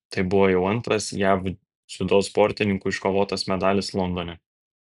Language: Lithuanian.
tai buvo jau antras jav dziudo sportininkų iškovotas medalis londone